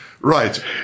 right